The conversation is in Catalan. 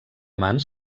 mans